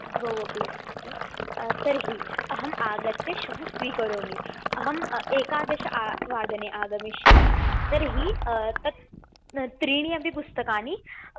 द्वौ अपि अस्ति खलु तर्हि अहम् आगत्य श्वः स्वीकरोमि अहम् एकादश वादने आगमिष्यामि तर्हि तत् त्रीणि अपि पुस्तकानि